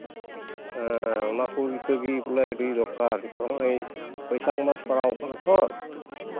ᱦᱮᱸ ᱚᱱᱟ ᱠᱚ ᱤᱛᱟᱹ ᱜᱮ ᱵᱚᱞᱮ ᱟᱹᱰᱤ ᱜᱮ ᱫᱚᱨᱠᱟᱨ ᱱᱤᱛᱚᱜ ᱦᱚᱸᱜᱼᱚᱭ ᱵᱳᱭᱥᱟᱠᱷ ᱱᱟᱥ ᱯᱟᱲᱟᱣ ᱠᱟᱱᱟ ᱛᱚ